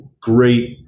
great